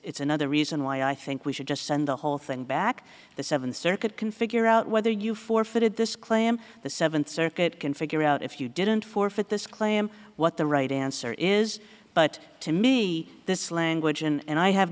it's another reason why i think we should just send the whole thing back the seventh circuit can figure out whether you forfeited this claim the seventh circuit can figure out if you didn't forfeit this claim what the right answer is but to me this language and i have